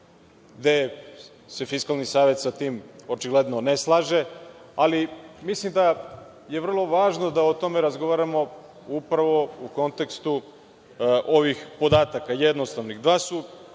gde se Fiskalni savet sa tim očigledno ne slaže. Ali, mislim da je vrlo važno da o tome razgovaramo, upravo u kontekstu ovih podataka jednostavnih.